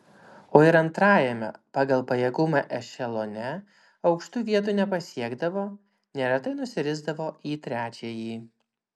o ir antrajame pagal pajėgumą ešelone aukštų vietų nepasiekdavo neretai nusirisdavo į trečiąjį